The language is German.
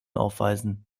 aufweisen